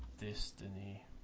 destiny